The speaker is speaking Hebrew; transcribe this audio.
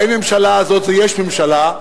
האין-ממשלה הזאת זה יש ממשלה,